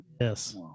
Yes